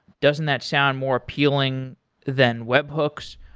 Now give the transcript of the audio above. doesn't that sound more appealing than webhooks?